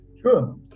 Sure